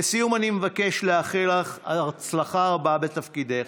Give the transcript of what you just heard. לסיום, אני מבקש לאחל לך הצלחה רבה בתפקידך.